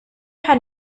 had